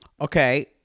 Okay